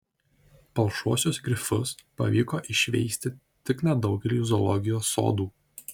palšuosius grifus pavyko išveisti tik nedaugeliui zoologijos sodų